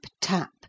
tap